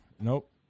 Nope